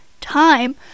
time